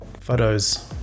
photos